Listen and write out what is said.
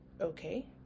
okay